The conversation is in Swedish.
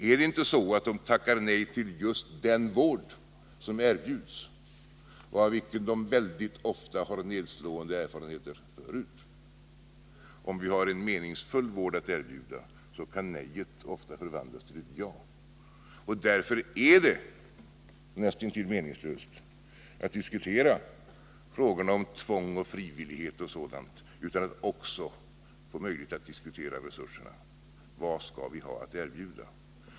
Är det inte så, att de tackar nej till just den vård som erbjuds och av vilken de mycket ofta har nedslående erfarenheter? Har vi en meningsfull vård att erbjuda, kan nejet ofta förvandlas till ett ja. Därför är det nästintill meningslöst att diskutera frågor om tvång, frivillighet och sådant utan att också få möjlighet att diskutera resurserna — vad har vi att erbjuda?